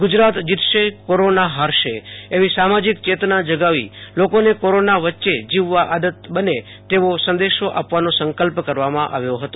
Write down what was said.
ગજરાત જીતશે કોરોના હારશે એવી સામાજિક ચેતના જગાવો લોકોને કોરોના વચ્યે જીવવા આદત બને તેવો સંદશો આપવાનો સંકલ્પ કરવામાં આવ્યો હતો